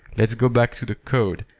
let's go back to the code.